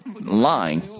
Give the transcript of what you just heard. lying